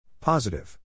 Positive